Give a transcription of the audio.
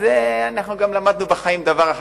וגם למדנו בחיים דבר אחד,